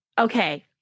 okay